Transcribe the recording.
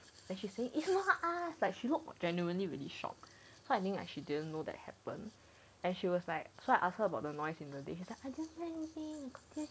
then she say it's not us like she looked genuinely really shocked so I think like she didn't know that happened and she was like so I ask her about the noise in the day she's like I don't know anything